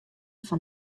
fan